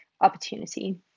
opportunity